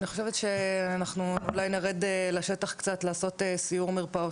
אני חושבת שאנחנו אולי נרד לשטח קצת לעשות סיור מרפאות,